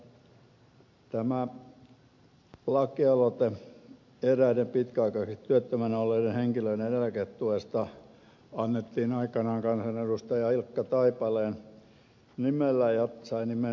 tämä lakialoite eräiden pitkäaikaisesti työttöminä olleiden henkilöiden eläketuesta annettiin aikanaan kansanedustaja ilkka taipaleen nimellä ja se sai nimen lex taipale